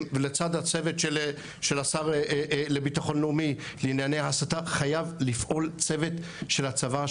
לצד הצוות של השר לביטחון לאומי לענייני הסתה חייב לפעול צוות של הצבא,